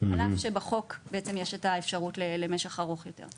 על אף שבחוק יש בעצם את האפשרות למשך זמן ארוך יותר.